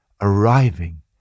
arriving